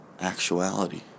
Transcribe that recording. actuality